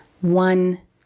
One